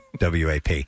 WAP